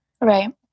Right